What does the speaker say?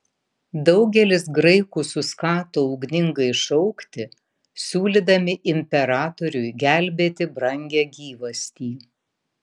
daugelis graikų suskato ugningai šaukti siūlydami imperatoriui gelbėti brangią gyvastį